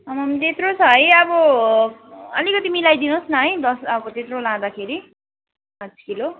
आम्मामा त्यत्रो छ है अब अलिकति मिलाइदिनुहोस् न है दस अब त्यत्रो लाँदाखेरि पाँच किलो